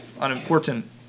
unimportant